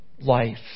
life